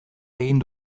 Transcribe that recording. egin